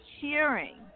cheering